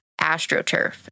AstroTurf